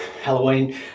Halloween